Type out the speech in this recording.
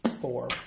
Four